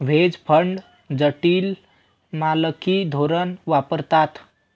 veg fund जटिल मालकी धोरण वापरतात